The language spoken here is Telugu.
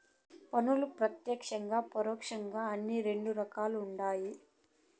పన్నుల్ల ప్రత్యేక్షం, పరోక్షం అని రెండు రకాలుండాయి